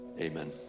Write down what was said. Amen